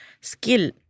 skill